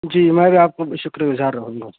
جی میں بھی آپ کا شُکر گزار رہوں گا